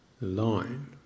line